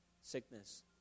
sickness